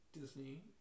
Disney